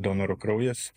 donoro kraujas